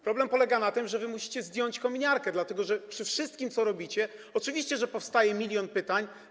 Problem polega na tym, że wy musicie zdjąć kominiarkę, dlatego że przy wszystkim, co robicie, oczywiście powstaje milion pytań.